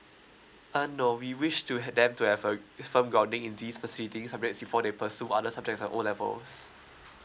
uh no we wish to have them to have uh firm in this fascinated subjects before they pursue other subjects as O levels